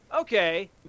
okay